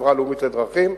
החברה הלאומית לדרכים,